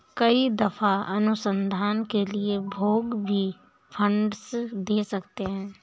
कई दफा अनुसंधान के लिए लोग भी फंडस दे सकते हैं